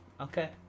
Okay